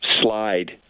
slide